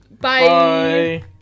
Bye